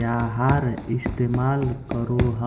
याहार इस्तेमाल करोह